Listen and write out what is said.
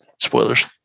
Spoilers